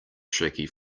shaky